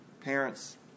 parents